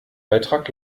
beitrag